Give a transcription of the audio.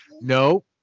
no